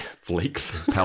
Flakes